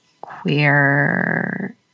queer